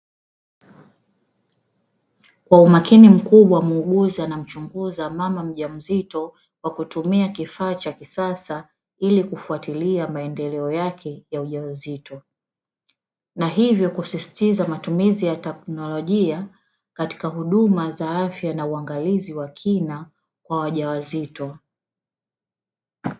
Kwa umakini mkubwa muuguzi anamchunguza mama mjamzito kwa kutumia kifaa cha kisasa ili kufuatilia maendeleo yake ya ujauzito. Na hivyo kusisitiza matumizi ya teknolojia katika huduma za afya na uangalizi wa kina kwa wajawazito.